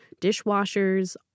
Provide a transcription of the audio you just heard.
dishwashers